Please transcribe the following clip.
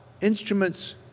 instruments